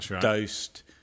Dosed